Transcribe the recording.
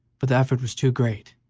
but the effort was too great